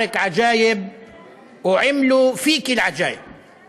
הים שלך נשגב מבינה ועשו בך דברים הנשגבים מבינה.